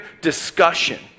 discussion